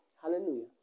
Hallelujah